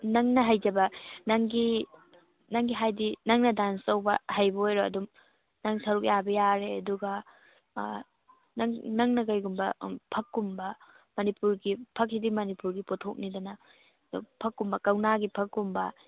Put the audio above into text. ꯅꯪꯅ ꯍꯩꯖꯕ ꯅꯪꯒꯤ ꯅꯪꯒꯤ ꯍꯥꯏꯗꯤ ꯅꯪꯅ ꯗꯥꯟꯁ ꯇꯧꯕ ꯍꯩꯕ ꯑꯣꯏꯔꯣ ꯑꯗꯨꯝ ꯅꯪ ꯁꯔꯨꯛ ꯌꯥꯕ ꯌꯥꯔꯦ ꯑꯗꯨꯒ ꯅꯪꯅ ꯀꯔꯤꯒꯨꯝꯕ ꯐꯛꯀꯨꯝꯕ ꯃꯅꯤꯄꯨꯔꯒꯤ ꯐꯛ ꯁꯤꯗꯤ ꯃꯅꯤꯄꯨꯔꯒꯤ ꯄꯣꯠꯊꯣꯛꯅꯤꯗꯅ ꯑꯗꯨ ꯐꯛꯀꯨꯝꯕ ꯀꯧꯅꯥꯒꯤ ꯐꯛꯀꯨꯝꯕ